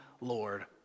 Lord